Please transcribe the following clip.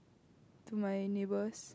to my neighbors